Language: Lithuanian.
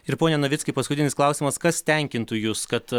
ir pone navickai paskutinis klausimas kas tenkintų jus kad